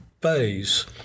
phase